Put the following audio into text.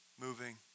moving